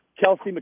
Kelsey